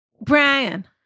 Brian